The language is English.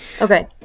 Okay